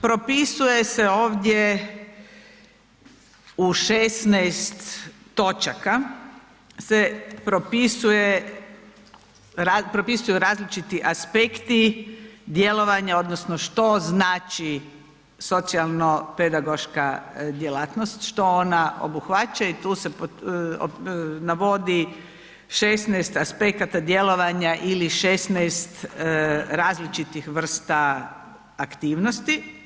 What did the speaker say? Propisuje se ovdje u 16 točaka se propisuje, propisuju različiti aspekti djelovanja odnosno što znači socijalno-pedagoška djelatnost, što ona obuhvaća i tu se navodi 16 aspekata djelovanja ili 16 različitih vrsta aktivnosti.